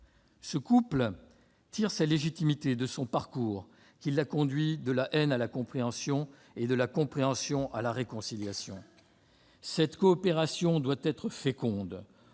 Ce couple tire sa légitimité de son parcours, qui l'a conduit de la haine à la compréhension et de la compréhension à la réconciliation. Nous avons besoin